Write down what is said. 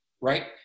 right